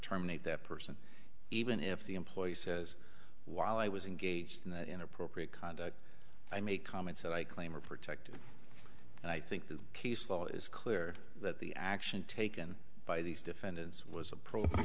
terminate that person even if the employee says while i was engaged in inappropriate conduct i make comments that i claim are protected and i think the case law is clear that the action taken by these defendants was a pro